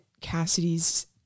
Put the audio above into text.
Cassidy's